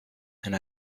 and